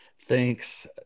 thanks